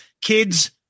Kids